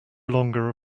longer